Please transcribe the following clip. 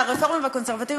והרפורמים והקונסרבטיבים,